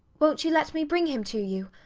wont you let me bring him to you?